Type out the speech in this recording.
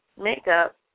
makeup